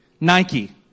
Nike